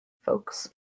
folks